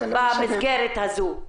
במסגרת הזו,